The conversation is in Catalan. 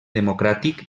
democràtic